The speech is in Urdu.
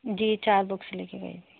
جی چار بکس لے کے گئی تھی